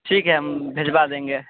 ठीक है हम भिजवा देंगे